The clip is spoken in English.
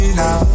now